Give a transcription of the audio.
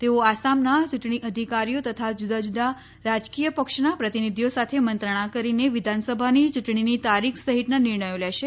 તેઓ આસામના ચૂંટણી અધિકારીઓ તથા જુદાં જુદાં રાજકીય પક્ષોના પ્રતિનિધિઓ સાથે મંત્રણા કરીને વિધાનસભાની ચૂંટણીની તારીખ સહિતના નિર્ણયો લેશે